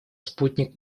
спутник